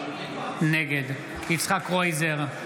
נגד יצחק קרויזר,